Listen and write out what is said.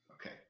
okay